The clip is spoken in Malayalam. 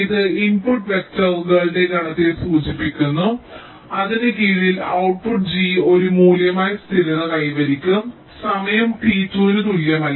ഇത് ഇൻപുട്ട് വെക്റ്ററുകളുടെ ഗണത്തെ സൂചിപ്പിക്കുന്നു അതിന് കീഴിൽ ഔട്ട്പുട്ട് g ഒരു മൂല്യമായി സ്ഥിരത കൈവരിക്കും സമയം t 2 ന് തുല്യമല്ല